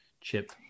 chip